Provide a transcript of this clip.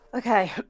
Okay